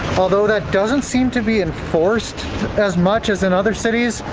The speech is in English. although that doesn't seem to be enforced as much as in other cities.